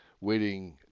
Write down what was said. waiting